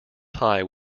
tie